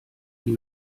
wie